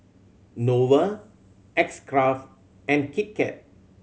Nova X Craft and Kit Kat